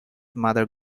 mother